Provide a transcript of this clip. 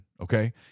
okay